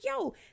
yo